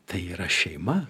tai yra šeima